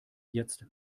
jetzt